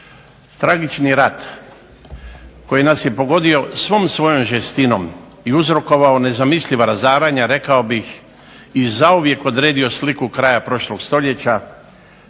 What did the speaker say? Tragični rat koji nas je pogodio svom svojom žestinom i uzrokovao nezamisliva razaranja rekao bih i zauvijek odredio sliku kraja prošlog stoljeća,